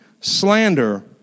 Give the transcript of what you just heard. slander